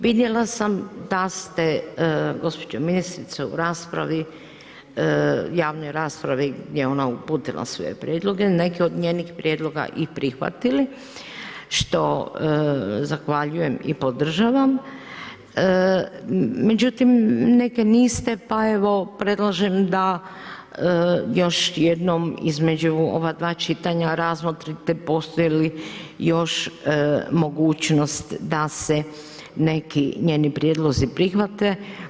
Vidjela sam da ste, gospođo ministrice, u javnoj raspravi gdje je ona uputila svoje prijedloge, neke od njenih prijedloga i prihvatili, što zahvaljujem i podržavam, međutim neke niste pa evo, predlažem da još jednom između ova dva čitanja razmotrite postoje li još mogućnost da se neki njeni prijedlozi prihvate.